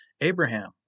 Abraham